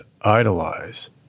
idolize